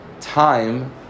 time